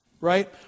right